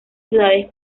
ciudades